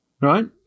Right